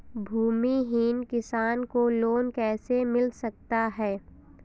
भूमिहीन किसान को लोन कैसे मिल सकता है?